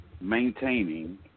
maintaining